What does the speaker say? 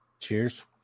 Cheers